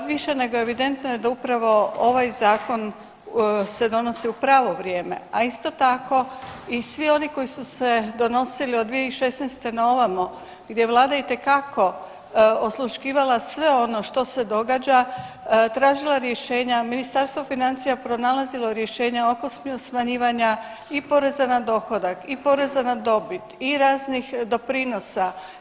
Više nego evidentno je da upravo ovaj zakon se donosi u pravo vrijeme, a isto tako i svi oni koji su se donosili od 2016. na ovamo gdje Vlada itekako osluškivala sve ono što se događa, tražila rješenja, Ministarstvo financija pronalazilo rješenja oko smanjivanja i oko poreza na dohodak i poreza na dobit i raznih doprinosa.